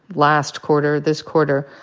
last quarter or this quarter,